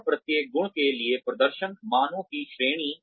और प्रत्येक गुण के लिए प्रदर्शन मानों की श्रेणी